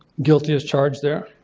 guilty as charged there.